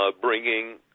bringing